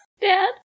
Dad